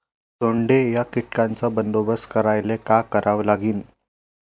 सोंडे या कीटकांचा बंदोबस्त करायले का करावं लागीन?